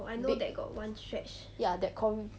big ya that corri~